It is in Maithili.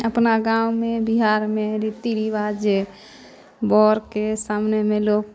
अपना गाममे बिहारमे रीति रिवाज जे बड़के सामनेमे लोक